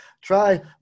try